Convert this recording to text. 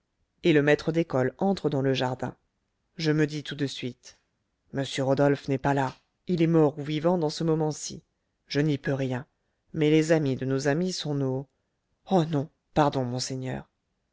et le maître d'école entre dans le jardin je me dis tout de suite m rodolphe n'est pas là il est mort ou vivant dans ce moment-ci je n'y peux rien mais les amis de nos amis sont nos oh non pardon monseigneur